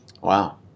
Wow